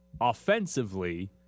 offensively